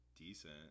Decent